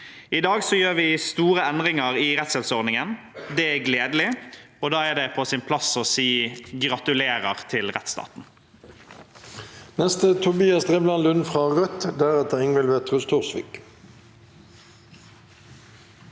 I dag gjør vi store endringer i rettshjelpsordningen. Det er gledelig, og da er det på sin plass å si gratulerer til rettsstaten.